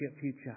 future